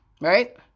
Right